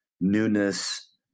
newness